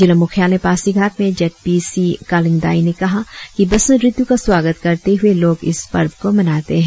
जिला मुख्यालय पासीघाट में Z P C Kaling Dai ने कहा कि बसन्त ऋतू का स्वागत करते हुए लोग इस पर्व को मनाते है